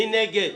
מי נגד?